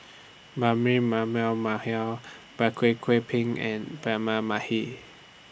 Mallal Kwek Kwek Png and Braema Mathi